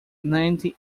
ninety